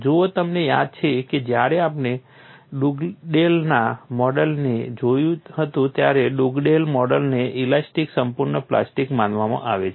જુઓ તમને યાદ છે કે જ્યારે આપણે ડુગડેલના મોડેલને Dugdale's model જોયું હતું ત્યારે ડુગડેલ મોડેલને ઇલાસ્ટિક સંપૂર્ણ પ્લાસ્ટિક માનવામાં આવે છે